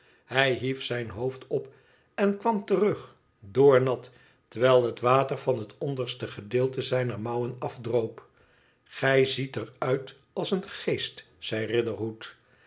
hij hief zijn hoofd op en kwam terug doornat terwijl het water van het onderste gedeelte zijner mouwen afdroop gij ziet er uit als een geest zei